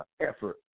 effort